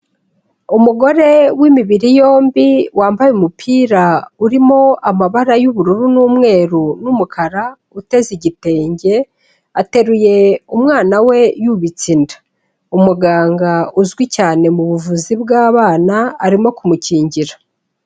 Umugore w'imibiri yombi, wambaye umupira urimo amabara y'ubururu n'umweru n'umukara, uteze igitenge, ateruye umwana we yubitse inda, umuganga uzwi cyane mu buvuzi bw'abana arimo kumukingira.